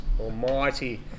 almighty